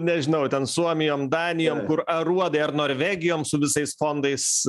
nežinau ten suomijom danijom kur aruodai ar norvegijom su visais fondais